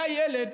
היה ילד